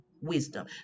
wisdom